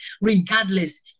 Regardless